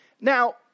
now